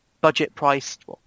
budget-priced